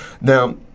now